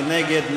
מי נגד?